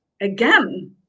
again